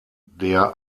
der